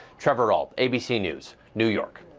trevor ault abc news, new york.